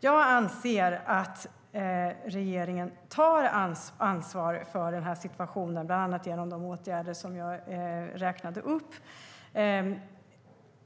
Jag anser att regeringen tar ansvar för situationen, bland annat genom de åtgärder jag räknade upp.